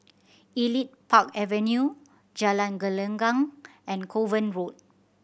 Elite Park Avenue Jalan Gelenggang and Kovan Road